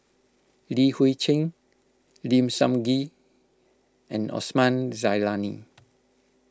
Li Hui Cheng Lim Sun Gee and Osman Zailani